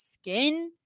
skin